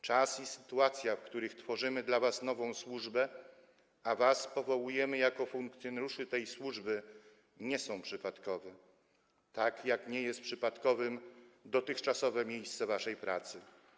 Czas i sytuacja, w których tworzymy dla was nową służbę, a was powołujemy jako funkcjonariuszy tej służby, nie są przypadkowe, tak jak nie jest przypadkowe dotychczasowe miejsce waszej pracy.